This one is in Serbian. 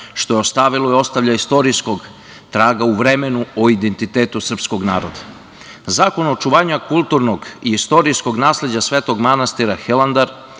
što je ostavilo i ostavlja istorijskog traga u vremenu o identitetu srpskog naroda. Zakon o očuvanju kulturnog i istorijskog nasleđa Svetog manastira Hilandar